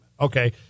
Okay